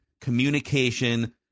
communication